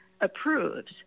approves